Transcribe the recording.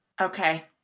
Okay